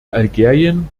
algerien